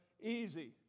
easy